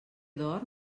dorm